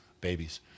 babies